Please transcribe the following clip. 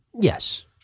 Yes